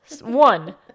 One